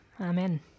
amen